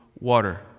water